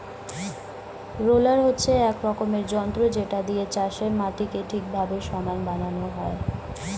roller হচ্ছে এক রকমের যন্ত্র যেটা দিয়ে চাষের মাটিকে ঠিকভাবে সমান বানানো হয়